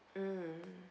mm